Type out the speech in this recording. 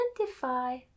Identify